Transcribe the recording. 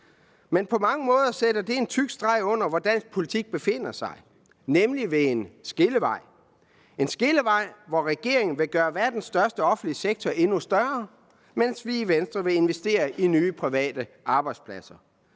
Men på mange måder sætter det en tyk streg under, hvor dansk politik befinder sig, nemlig ved en skillevej. Det er en skillevej, hvor regeringen vil gøre verdens største offentlige sektor endnu større, mens vi i Venstre vil investere i nye private arbejdspladser.